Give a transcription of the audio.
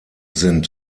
sind